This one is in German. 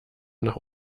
nach